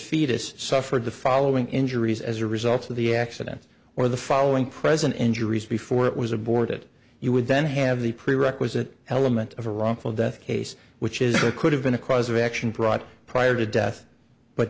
fetus suffered the following injuries as a result of the accident or the following present injuries before it was aborted you would then have the prerequisite element of a wrongful death case which is or could have been a cause of action brought prior to death but